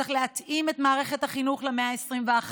צריך להתאים את מערכת החינוך למאה ה-21,